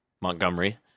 Montgomery